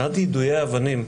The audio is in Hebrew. מבחינת יידויי אבנים,